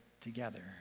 together